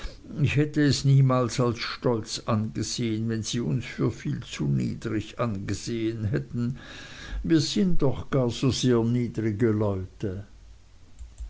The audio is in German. ich hätte es niemals als stolz angesehen wenn sie uns für viel zu niedrig angesehen hätten mir sin doch gar so sehr niedrige leute